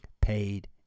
paid